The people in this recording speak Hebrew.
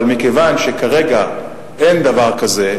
אבל מכיוון שכרגע אין דבר כזה,